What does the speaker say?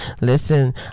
listen